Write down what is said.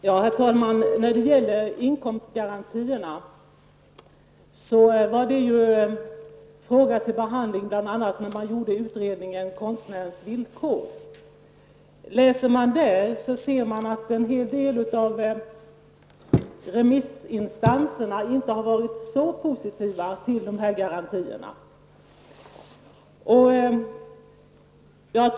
Herr talman! Frågan om inkomstgarantierna var uppe till behandling bl.a. i samband med utarbetandet av utredningsrapporten Konstnärens villkor. Av den framgår att en hel del av remissinstanserna inte var så positiva till de här garantierna.